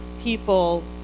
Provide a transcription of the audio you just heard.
people